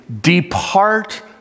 Depart